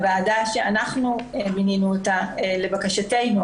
הוועדה שאנחנו מינינו אותה לבקשתנו,